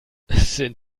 sind